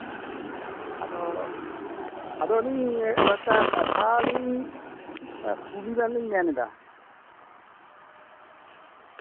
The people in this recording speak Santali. ᱟᱫᱚ ᱟᱹᱞᱤᱧ ᱠᱚᱭᱮᱠᱴᱟ ᱠᱟᱛᱷᱟ ᱠᱩᱞᱤ ᱵᱮᱱᱟᱞᱤᱧ ᱢᱮᱱ ᱮᱫᱟ